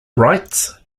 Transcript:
writes